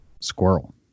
squirrel